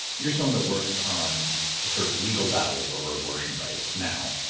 you're someone that works on the sort of legal battles over abortion rights. now,